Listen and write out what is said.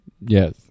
Yes